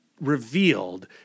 revealed